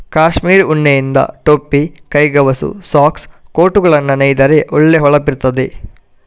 ಕಾಶ್ಮೀರ್ ಉಣ್ಣೆಯಿಂದ ಟೊಪ್ಪಿ, ಕೈಗವಸು, ಸಾಕ್ಸ್, ಕೋಟುಗಳನ್ನ ನೇಯ್ದರೆ ಒಳ್ಳೆ ಹೊಳಪಿರ್ತದೆ